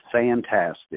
fantastic